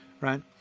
right